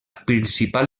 principal